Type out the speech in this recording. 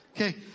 Okay